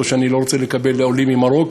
או אני לא רוצה לקבל עולים ממרוקו,